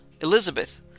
Elizabeth